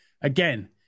Again